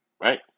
Right